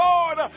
Lord